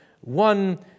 One